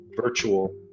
virtual